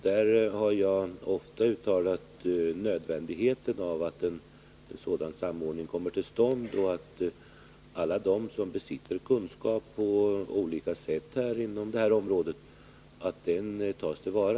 Jag har ofta understrukit nödvändigheten av att en sådan samordning kommer till stånd. Det är viktigt att den kunskap som finns inom det här området tas till vara.